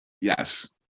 Yes